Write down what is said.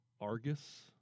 Argus